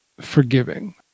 forgiving